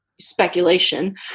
speculation